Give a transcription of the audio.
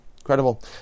Incredible